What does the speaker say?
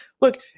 look